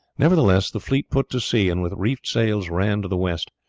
nevertheless the fleet put to sea and with reefed sails ran to the west.